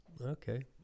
Okay